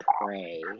pray